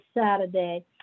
Saturday